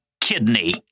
kidney